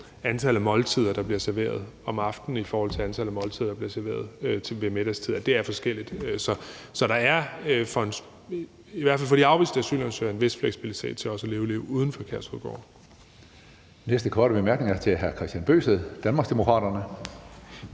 antallet af måltider, der bliver serveret om aftenen, i forhold til antallet af måltider, der bliver serveret ved middagstid, at det er forskelligt. Så der er i hvert fald for de afviste asylansøgeres vedkommende en vis fleksibilitet til også at leve et liv uden for Kærshovedgård.